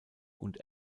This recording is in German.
und